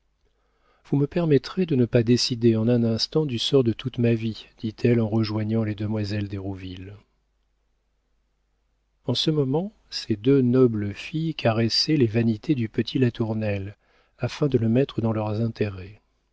vous vous me permettrez de ne pas décider en un instant du sort de toute ma vie dit-elle en rejoignant les demoiselles d'hérouville en ce moment ces deux nobles filles caressaient les vanités du petit latournelle afin de le mettre dans leurs intérêts